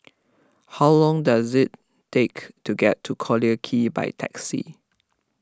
how long does it take to get to Collyer Quay by taxi